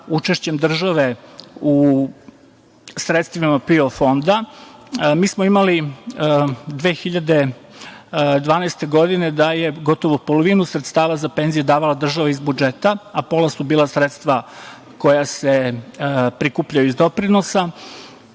učešćem države u sredstvima PIO fonda. Mi smo imali 2012. godine da je gotovo polovinu sredstava za penzije davala država iz budžeta, a pola su bila sredstva koja se prikupljaju iz doprinosa.